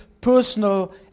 personal